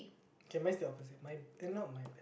okay mine is the opposite my eh not my be~